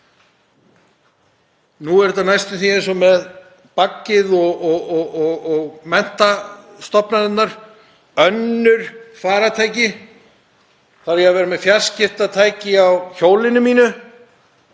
Nú er þetta næstum því eins og með baggið og menntastofnanirnar. „Önnur farartæki“ — þarf ég að vera með fjarskiptatæki á hjólinu mínu,